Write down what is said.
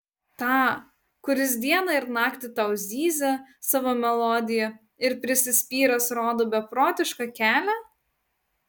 tą kuris dieną ir naktį tau zyzia savo melodiją ir prisispyręs rodo beprotišką kelią